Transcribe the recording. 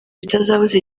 bitabuza